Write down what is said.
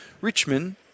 Richmond